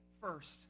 first